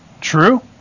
True